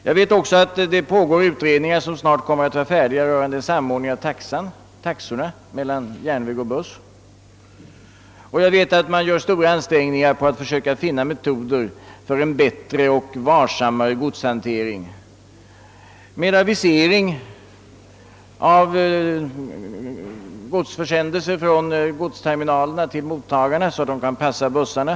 Jag vet också att det pågår utredningar som snart kommer att vara färdiga rörande en samordning av taxorna för järnväg och buss, och jag vet att man gör stora ansträngningar för att söka finna metoder för en bättre och varsammare godshantering, med avisering av godsförsändelser från godsterminalerna till mottagarna, så att mottagarna kan passa bussarna.